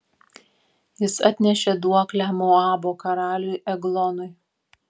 jis atnešė duoklę moabo karaliui eglonui